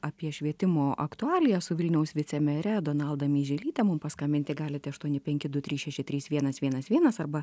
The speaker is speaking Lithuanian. apie švietimo aktualijas su vilniaus vicemere donalda meiželyte mums paskambinti galite aštuoni penki du trys šeši trys vienas vienas vienas arba